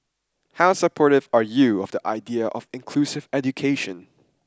how supportive are you of the idea of inclusive education